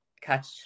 catch